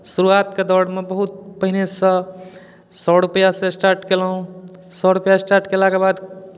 शुरुआतके दौड़मे बहुत पहिनेसँ सए रुपैआसँ स्टार्ट कयलहुँ सए रुपैआसँ स्टार्ट कयलाके बाद